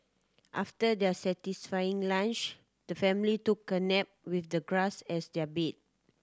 after their satisfying lunch the family took a nap with the grass as their bed